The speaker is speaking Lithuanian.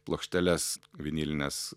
plokšteles vinilines